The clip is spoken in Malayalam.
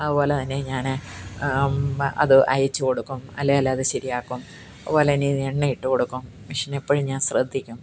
അതുപോലെ തന്നെ ഞാൻ അത് അയച്ച് കൊടുക്കും അല്ലെങ്കിൽ അത് ശരിയാക്കും അതുപോലെ തന്നെ ഇത് ഞാന് എണ്ണയിട്ട് കൊടുക്കും മെഷീൻ എപ്പോഴും ഞാന് ശ്രദ്ധിക്കും